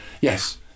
yes